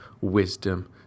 wisdom